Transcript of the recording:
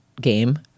game